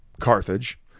Carthage